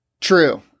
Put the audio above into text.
True